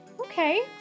Okay